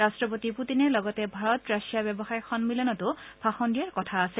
ৰট্টপতি পুটিনে লগতে ভাৰত ৰাছিয়া ব্যৱসায় সন্মিলনতো ভাষণ দিয়াৰ কথা আছে